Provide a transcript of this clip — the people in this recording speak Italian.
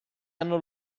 hanno